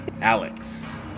Alex